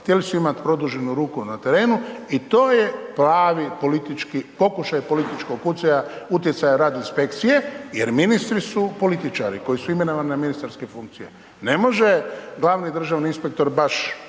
htjeli su imat produženu ruku na terenu i to je pravi politički pokušaj političkog utjecaja radi inspekcije jer ministri su političari koji su imenovani na ministarske funkcije, ne može glavni državni inspektor baš